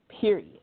period